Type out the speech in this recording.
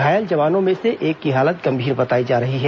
घायल जवानों में से एक की हालत गंभीर बताई जा रही है